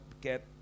get